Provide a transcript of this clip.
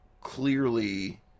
clearly